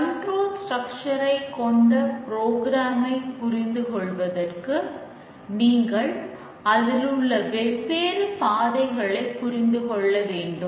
control structure உருவாகிறது என்பதையும் புரிந்துகொள்ள வேண்டும்